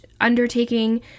undertaking